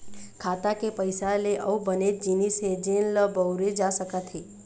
खाता के पइसा ले अउ बनेच जिनिस हे जेन ल बउरे जा सकत हे